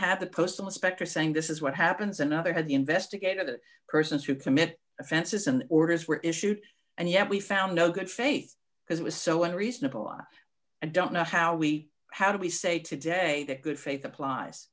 the postal inspector saying this is what happens another the investigate of the persons who commit offenses and orders were issued and yet we found no good faith because it was so unreasonable i don't know how we how do we say today that good faith applies